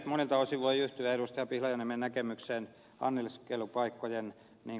monilta osin voi yhtyä ed